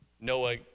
Noah